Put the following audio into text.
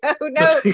no